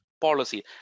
policy